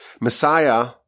Messiah